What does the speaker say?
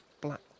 black